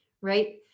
right